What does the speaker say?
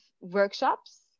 workshops